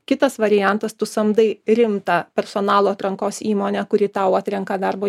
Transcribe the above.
kitas variantas tu samdai rimtą personalo atrankos įmonę kuri tau atrenka darbo